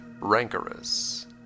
Rancorous